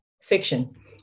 fiction